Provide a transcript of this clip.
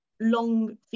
long